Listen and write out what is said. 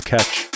Catch